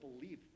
believe